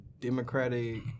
democratic